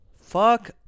Fuck